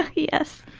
ah yes.